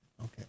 Okay